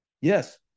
yes